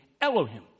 Elohim